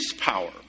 power